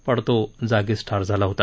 पण तो जागीच ठार झाला होता